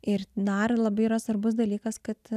ir dar labai yra svarbus dalykas kad